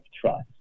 trust